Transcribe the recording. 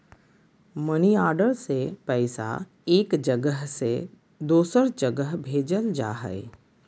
money order से पैसा एक जगह से दूसर जगह भेजल जा हय